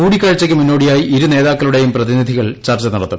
കൂടിക്കാഴ്ചയ്ക്ക് മുന്നോടിയായി ഇരുനേതാക്കളുടെയും പ്രതിനിധികൾ ചർച്ച നടത്തും